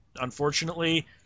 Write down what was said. Unfortunately